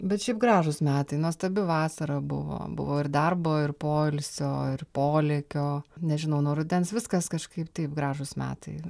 bet šiaip gražūs metai nuostabi vasara buvo buvo ir darbo ir poilsio ir polėkio nežinau nuo rudens viskas kažkaip taip gražūs metai